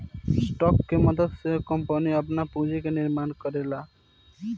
stock के मदद से कंपनियां आपन पूंजी के निर्माण करेला